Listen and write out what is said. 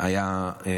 זה היה בעיניי